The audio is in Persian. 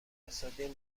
اقتصادی